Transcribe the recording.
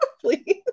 please